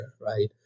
right